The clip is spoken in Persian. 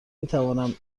میتوانم